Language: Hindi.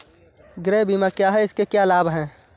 गृह बीमा क्या है इसके क्या लाभ हैं?